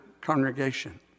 congregation